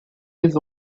his